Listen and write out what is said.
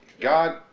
God